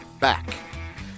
back